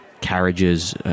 carriages